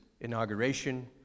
inauguration